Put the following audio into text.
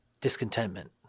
discontentment